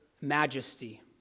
majesty